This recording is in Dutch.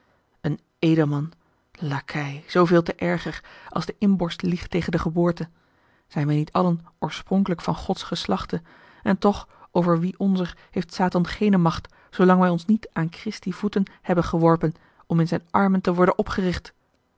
een edelman lacij zooveel te erger als de inborst liegt tegen de geboorte zijn wij niet allen oorspronkelijk van gods geslachte en toch over wie onzer heeft satan geene macht zoolang wij ons niet aan christi voeten hebben geworpen om in zijne armen te worden opgericht